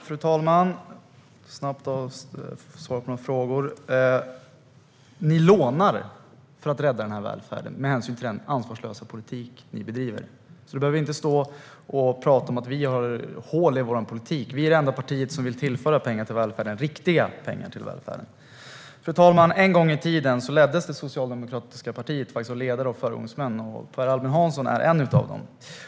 Fru talman! Jag ska snabbt ta och svara på några frågor. Ni lånar för att rädda den här välfärden med hänsyn till den ansvarslösa politik ni bedriver. Du behöver inte stå och prata om att vi har hål i vår politik. Vi är det enda parti som vill tillföra pengar till välfärden - riktiga pengar. Fru talman! En gång i tiden leddes det socialdemokratiska partiet av ledare och föregångsmän. Per Albin Hansson var en av dem.